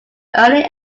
early